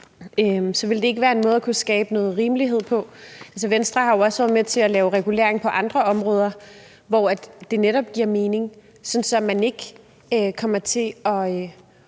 Så ville det ikke være en måde at kunne skabe noget rimelighed på? Altså, Venstre har jo også været med til at lave regulering på andre områder, hvor det netop giver mening, sådan at man ikke kommer til